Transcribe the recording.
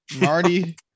Marty